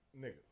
Nigga